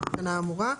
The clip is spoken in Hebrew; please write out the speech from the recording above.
לתקנה האמורה.